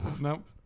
Nope